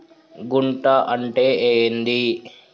గుంట అంటే ఏంది?